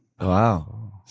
Wow